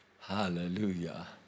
Hallelujah